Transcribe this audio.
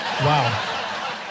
Wow